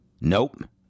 nope